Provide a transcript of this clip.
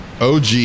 OG